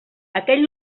aquell